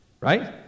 Right